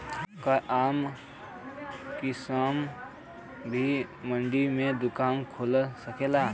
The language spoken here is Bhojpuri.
का आम किसान भी मंडी में दुकान खोल सकेला?